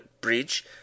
Bridge